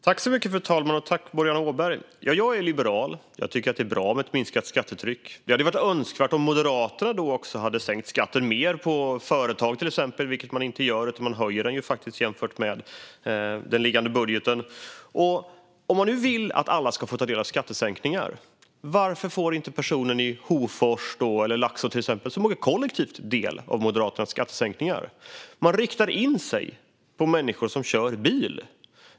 Fru talman! Jag tackar Boriana Åberg för detta. Jag är liberal, och jag tycker att det är bra med ett minskat skattetryck. Det hade varit önskvärt om Moderaterna också hade sänkt skatten mer på till exempel företag, vilket de inte gör. De höjer den faktiskt jämfört med den föreliggande budgeten. Om Moderaterna nu vill att alla ska få ta del av skattesänkningar, varför får då inte personer i till exempel Hofors eller Laxå som åker kollektivt del av Moderaternas skattesänkningar? Moderaterna riktar in sig på människor som kör bil.